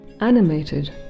animated